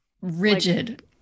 rigid